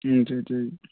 ம் சரி சரி